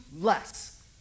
less